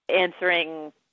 answering